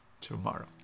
tomorrow